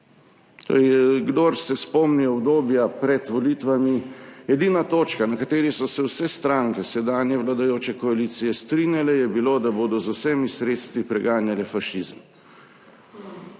Kdor se spomni obdobja pred volitvami, edina točka, na kateri so se vse stranke sedanje vladajoče koalicije strinjale, je bila, da bodo z vsemi sredstvi preganjale fašizem.